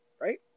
Right